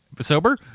sober